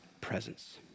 presence